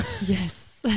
Yes